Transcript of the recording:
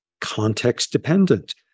context-dependent